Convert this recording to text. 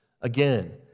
Again